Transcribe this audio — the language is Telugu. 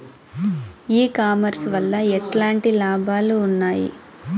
ఈ కామర్స్ వల్ల ఎట్లాంటి లాభాలు ఉన్నాయి?